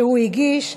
שהוא הגיש.